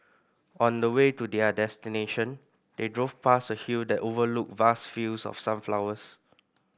on the way to their destination they drove past a hill that overlooked vast fields of sunflowers